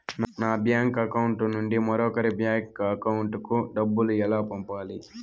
నా bank account నుండి మరొకరి అకౌంట్ కు డబ్బులు ఎలా పంపాలి